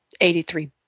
$83